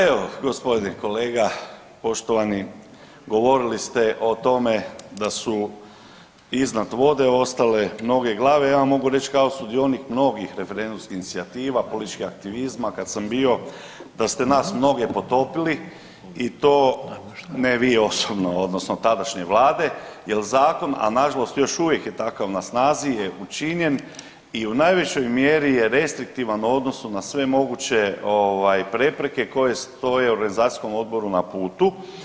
Evo, g. kolega, poštovani, govorili ste o tome da su iznad vode ostale mnoge glave, ja vam mogu reći kao sudionik mnogih referendumskih inicijativa, političkih aktivizma, kad sam bio da ste nas mnoge potopili i to ne vi osobno, odnosno tadašnje vlade, jer zakon, a nažalost još uvijek je takav na snazi je učinjen i u najveći mjeri je restriktivan u odnosu na sve moguće ovaj prepreke koje stoje organizacijskom odboru na putu.